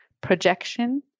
projection